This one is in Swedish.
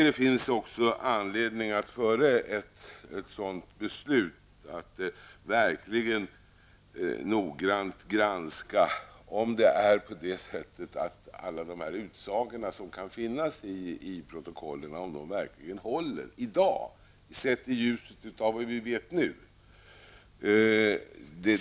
Det finns också anledning att före ett sådant beslut verkligen noggrant granska om alla utsagor i protokollen håller i dag, sett i ljuset av vad vi numera vet.